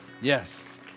Yes